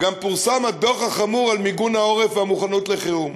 גם פורסם הדוח החמור על מיגון העורף והמוכנות לחירום.